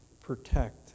protect